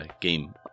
game